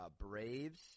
Braves